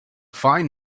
fine